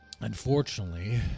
unfortunately